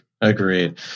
Agreed